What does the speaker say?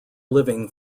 living